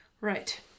Right